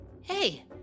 Hey